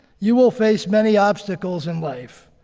you will face many obstacles in life.